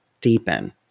deepen